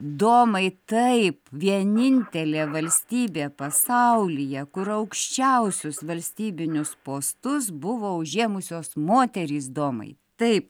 domai taip vienintelė valstybė pasaulyje kur aukščiausius valstybinius postus buvo užėmusios moterys domai taip